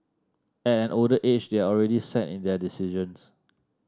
at an older age they're already set in their decisions